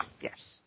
Yes